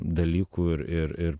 dalykų ir ir ir